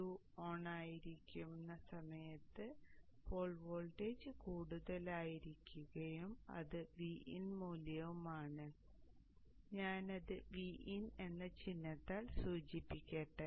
Q on ആയിരിക്കുന്ന സമയത്ത് pole voltage കൂടുതലായിരിക്കുകയും അത് Vin മൂല്യവുമാണ് ഞാനത് Vin എന്ന ചിഹ്നത്താൽ സൂചിപ്പിക്കട്ടെ